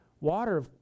Water